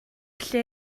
lle